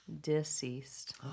deceased